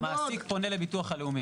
לא, לא --- המעסיק פונה לביטוח הלאומי.